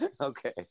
okay